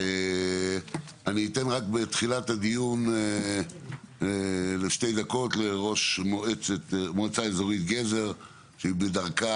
אני אתן רק בתחילת הדיון לשתי דקות לראש מועצה אזורית גזר שבדרכה,